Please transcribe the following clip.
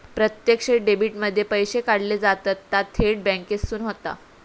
प्रत्यक्ष डेबीट मध्ये पैशे काढले जातत ता थेट बॅन्केसून होता